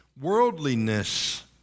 worldliness